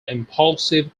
impulsive